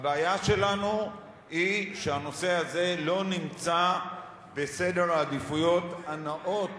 הבעיה שלנו היא שהנושא הזה לא נמצא בסדר העדיפויות הנאות